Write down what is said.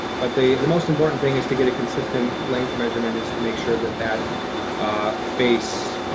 but the the most important thing is to get a consistent length measurement is to make sure that that face,